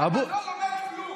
1972,